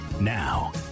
now